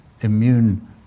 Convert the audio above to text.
immune